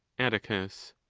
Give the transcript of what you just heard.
atticus.